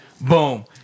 boom